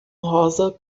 rosa